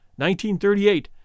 1938